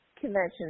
convention